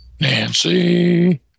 Nancy